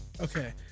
okay